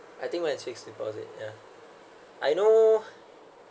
I think mine is fixed deposit yeah I know